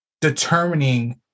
determining